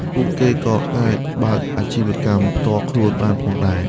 ពួកគេក៏អាចបើកអាជីវកម្មផ្ទាល់ខ្លួនបានផងដែរ។